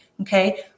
Okay